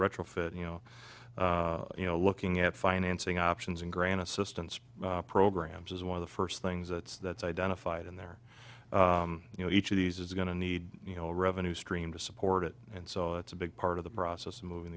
retrofit you know you know looking at financing options in grand assistance programs as one of the first things that's that's identified in there you know each of these is going to need you know a revenue stream to support it and so it's a big part of the process of moving